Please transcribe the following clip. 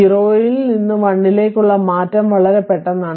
0 ഇൽ നിന്നു 1 ലേക്കുള്ള മാറ്റം വളരെ പെട്ടെന്നാണ്